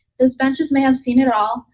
those benched may have seen it all,